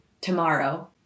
tomorrow